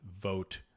vote